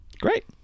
great